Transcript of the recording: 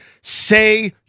say